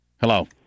Hello